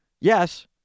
Yes